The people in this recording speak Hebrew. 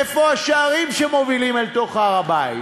איפה השערים שמובילים אל תוך הר-הבית.